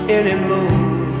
anymore